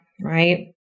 right